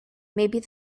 maybe